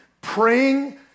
praying